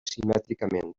simètricament